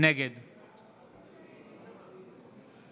נגד